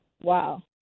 Wow